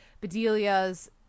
Bedelia's